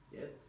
Yes